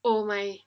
oh my